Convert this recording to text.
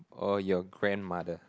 or your grandmother